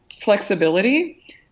flexibility